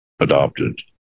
adopted